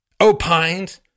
opined